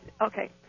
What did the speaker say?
Okay